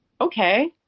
okay